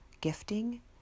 gifting